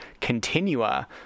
continua